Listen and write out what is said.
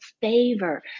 favor